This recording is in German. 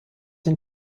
den